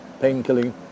pain-killing